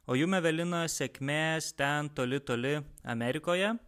o jumsevelina sėkmės ten toli toli amerikoje